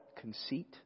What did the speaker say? conceit